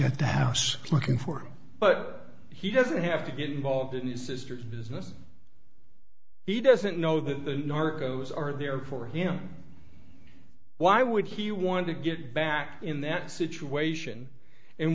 at the house looking for but he doesn't have to get involved in his sister's business he doesn't know the narcos are there for him why would he want to get back in that situation in